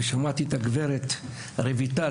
ושמעתי את הגברת רויטל,